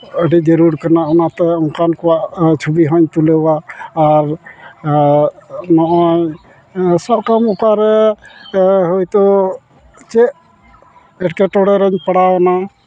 ᱟᱹᱰᱤ ᱡᱟᱹᱨᱩᱲ ᱠᱟᱱᱟ ᱚᱱᱟᱛᱮ ᱚᱱᱠᱟᱱ ᱠᱚᱣᱟᱜ ᱪᱷᱚᱵᱤ ᱦᱚᱸᱧ ᱛᱩᱞᱟᱹᱣᱟ ᱟᱨ ᱱᱚᱜᱼᱚᱭ ᱱᱚᱣᱟ ᱥᱟᱵ ᱠᱟᱢ ᱚᱠᱟᱨᱮ ᱦᱳᱭᱛᱳ ᱪᱮᱫ ᱮᱴᱠᱴᱮᱴᱚᱬᱮ ᱨᱮᱧ ᱯᱟᱲᱟᱣᱮᱱᱟ